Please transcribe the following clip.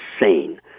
insane